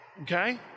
Okay